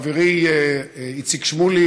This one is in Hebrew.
חברי איציק שמולי,